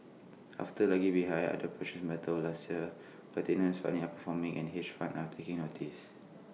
after lagging behind other precious metals last year platinum is finally outperforming and hedge funds are taking notice